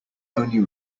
only